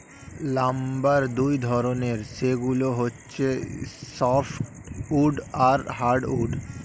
lumber দুই ধরনের, সেগুলো হচ্ছে সফ্ট উড আর হার্ড উড